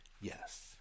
yes